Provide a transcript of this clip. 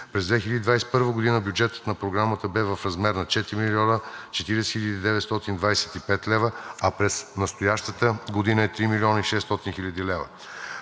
През 2021 г. бюджетът на Програмата бе в размер на 4 млн. 40 хил. 925 лв., а през настоящата година е 3 млн. и 600 хил. лв.